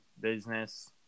business